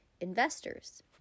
investors